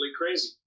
crazy